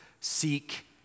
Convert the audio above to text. Seek